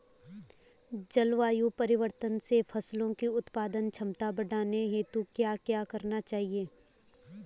जलवायु परिवर्तन से फसलों की उत्पादन क्षमता बढ़ाने हेतु क्या क्या करना चाहिए?